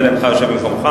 ממילא אינך יושב במקומך,